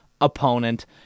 opponent